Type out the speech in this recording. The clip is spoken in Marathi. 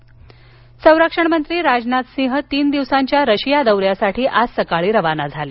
राजनाथ रशिया संरक्षणमंत्री राजनाथ सिंह तीन दिवसांच्या रशिया दौऱ्यासाठी आज सकाळी रवाना झाले